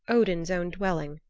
odin's own dwelling,